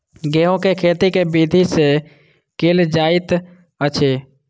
गेंहूँ केँ खेती केँ विधि सँ केल जाइत अछि?